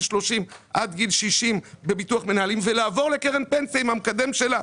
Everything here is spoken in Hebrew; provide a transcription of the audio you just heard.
30 עד גיל 60 בביטוח מנהלים ולעבור לקרן פנסיה עם המקדם שלה.